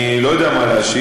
אני לא יודע מה להשיב.